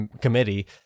Committee